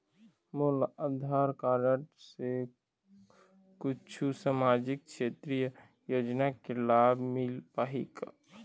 मोला आधार कारड से कुछू सामाजिक क्षेत्रीय योजना के लाभ मिल पाही का?